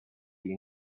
the